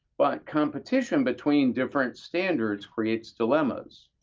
buy competition between different standards creates dilemmas,